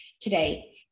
today